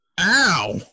Ow